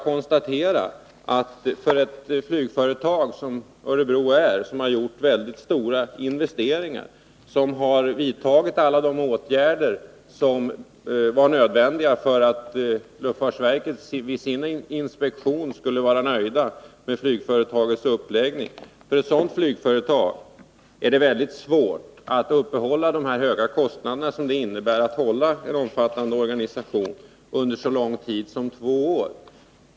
Eftersom flygföretaget Örebro Air har gjort stora investeringar och vidtagit alla de åtgärder som var nödvändiga för att luftfartsverket vid sin inspektion skulle bli nöjt med flygföretagets uppläggning, är det svårt för företaget att klara de höga kostnaderna för en omfattande organisation under så lång väntan som två år.